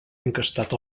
encastat